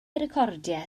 recordiau